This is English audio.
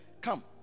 Come